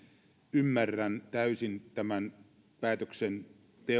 ymmärrän täysin tämän päätöksenteon